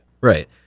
Right